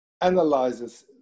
analyzes